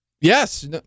Yes